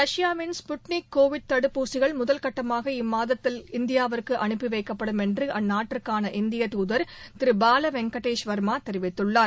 ரஷ்யாவின் Sputnik Covid தடுப்பூசியின் முதல் கட்டமாக இம்மாதத்தில் இந்தியாவிற்கு அனுப்பி வைக்கப்படும் என்று அந்நாட்டிற்கான இந்திய தூதர் திரு பால வெங்கடேஷ் வர்மா தெரிவித்துள்ளார்